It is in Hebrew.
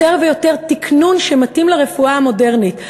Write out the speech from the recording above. יותר ויותר תִקנוּן שמתאים לרפואה המודרנית.